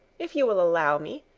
if you will allow me,